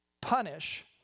Punish